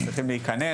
הם צריכים להיכנס,